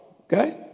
Okay